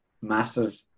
massive